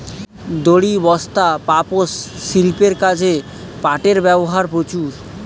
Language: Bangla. দড়ি, বস্তা, পাপোষ, শিল্পের কাজে পাটের ব্যবহার প্রচুর